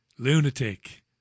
Lunatic